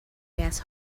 gas